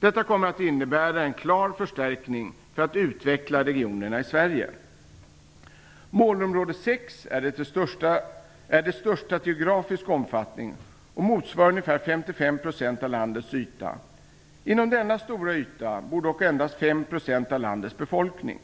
Detta kommer att innebära en klar förstärkning för att utveckla regionerna i Sverige. Målområde 6 är det största till geografisk omfattning och motsvarar ungefär 55 % av landets yta. På denna yta bor dock endast 5 % av landets befolkning.